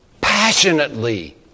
passionately